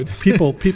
people